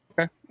Okay